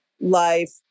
life